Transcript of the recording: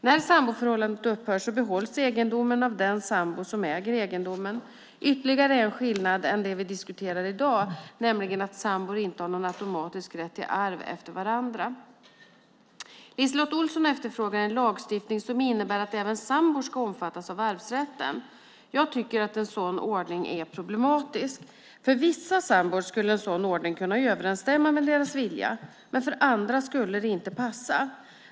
När samboförhållandet upphör behålls egendomen av den sambo som äger egendomen. Ytterligare en skillnad är det vi diskuterar i dag, nämligen att sambor inte har någon automatisk rätt till arv efter varandra. LiseLotte Olsson efterfrågar en lagstiftning som innebär att även sambor ska omfattas av arvsrätten. Jag tycker att en sådan ordning är problematisk. För vissa sambor skulle en sådan ordning kunna överensstämma med deras vilja, men för andra skulle det inte passa.